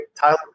Tyler